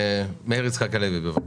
מאיר יצחק הלוי, בבקשה.